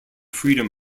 freedom